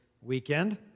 weekend